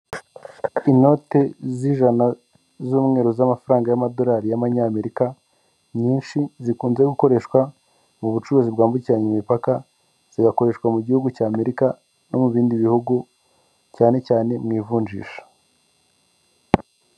Inote z'ijana z'umweru z'amafaranga y'amadorari y'abanyamerika nyinshi zikunze gukoreshwa mu bucuruzi bwambukiranya imipaka, zigakoreshwa mu gihugu cya Amerika no mu bindi bihugu cyane cyane mu ivunjisha.